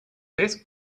best